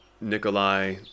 Nikolai